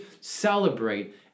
celebrate